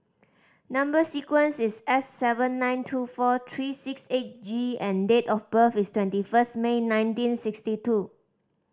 number sequence is S seven nine two four three six eight G and date of birth is twenty first May nineteen sixty two